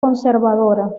conservadora